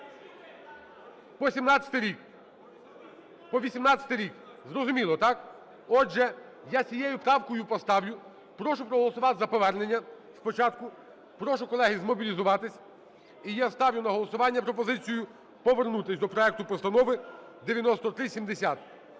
По 17-й рік. По 18-й рік. Зрозуміло, так? Отже, я з цією правкою поставлю. Прошу проголосувати за повернення спочатку. Прошу, колеги, змобілізуватись. І я ставлю на голосування пропозицію повернутися до проекту Постанови 9370.